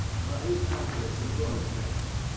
but he answered to both names.